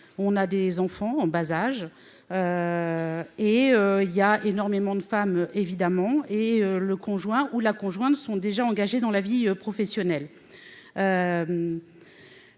on a des enfants en bas âge. Et il y a énormément de femmes évidemment et le conjoint ou la conjointe sont déjà engagés dans la vie professionnelle.